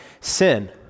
sin